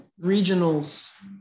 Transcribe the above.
regionals